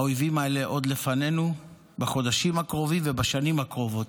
האויבים האלה עוד לפנינו בחודשים הקרובים ובשנים הקרובות.